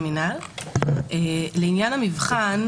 לעניין המבחן,